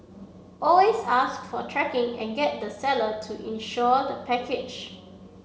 always ask for tracking and get the seller to insure the package